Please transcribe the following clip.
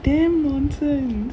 damn nonsense